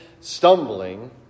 stumbling